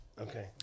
Okay